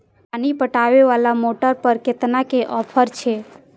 पानी पटवेवाला मोटर पर केतना के ऑफर छे?